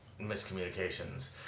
miscommunications